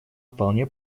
вполне